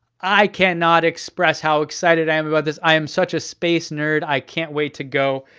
i cannot express how excited i am about this. i am such a space nerd, i can't wait to go.